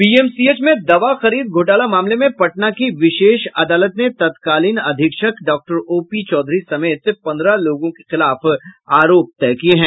PMCH में दवा खरीद घोटाला मामले में पटना की विशेष अदालत ने तत्कालीन अधीक्षक डॉ ओ पी चौधरी समेत पन्द्रह लोगों के खिलाफ आरोप तय किये हैं